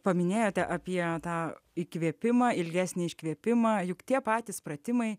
paminėjote apie tą įkvėpimą ilgesnį iškvėpimą juk tie patys pratimai